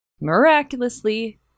miraculously